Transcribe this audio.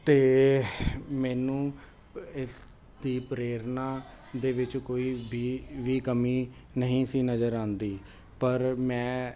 ਅਤੇ ਮੈਨੂੰ ਇਸ ਦੀ ਪ੍ਰੇਰਨਾ ਦੇ ਵਿੱਚ ਕੋਈ ਵੀ ਕਮੀ ਨਹੀਂ ਸੀ ਨਜ਼ਰ ਆਉਂਦੀ ਪਰ ਮੈਂ